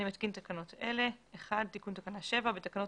אני מתקין תקנות אלה: תיקון תקנה 7. 1. בתקנות